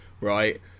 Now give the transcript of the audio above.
right